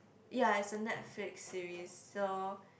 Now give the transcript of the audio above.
ya as a Netflix series so